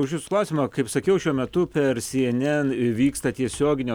už jus klausimo kaip sakiau šiuo metu per cnn įvyksta tiesioginio